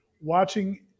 watching –